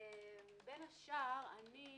בין השאר, אני